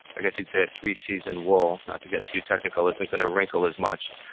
i guess you'd say a three season wall, not to get too technical, isn't going to wrinkle as much.